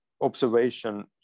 observation